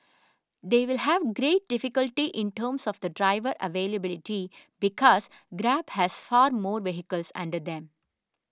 they will have great difficulty in terms of the driver availability because Grab has far more vehicles under them